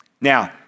Now